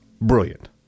Brilliant